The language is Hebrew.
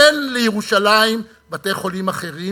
אין לירושלים בתי-חולים אחרים,